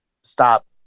stop